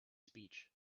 speech